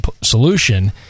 solution